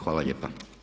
Hvala lijepa.